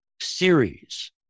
series